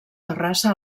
terrassa